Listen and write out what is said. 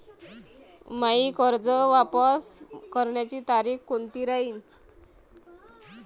मायी कर्ज वापस करण्याची तारखी कोनती राहीन?